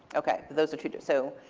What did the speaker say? ok, those are two diff so